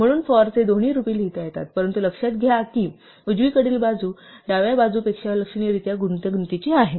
म्हणून for चे दोन्ही रूपे लिहिता येतात परंतु लक्षात घ्या की उजवीकडील बाजू डाव्या बाजूपेक्षा लक्षणीयरीत्या गुंतागुंतीची आहे